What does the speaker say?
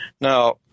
Now